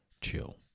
chill